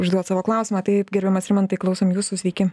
užduot savo klausimą taip gerbiamas rimantai klausom jūsų sveiki